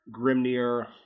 Grimnir